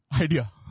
idea